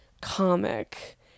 comic